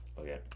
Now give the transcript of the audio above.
okay